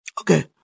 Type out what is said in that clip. Okay